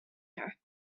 her